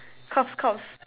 cough cough